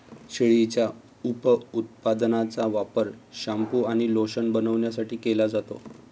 शेळीच्या उपउत्पादनांचा वापर शॅम्पू आणि लोशन बनवण्यासाठी केला जातो